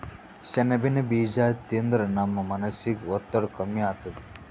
ಸೆಣಬಿನ್ ಬೀಜಾ ತಿಂದ್ರ ನಮ್ ಮನಸಿನ್ ಒತ್ತಡ್ ಕಮ್ಮಿ ಆತದ್